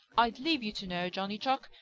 i'd leave you to know, johnny chuck,